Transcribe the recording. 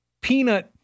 peanut